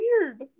weird